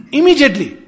Immediately